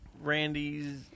Randy's